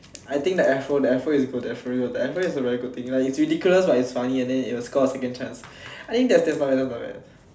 I think the afro the afro is good the afro is good the afro is a very good thing like its ridiculous lah it's funny and then it will score a second chance I think that's damn funny that one not bad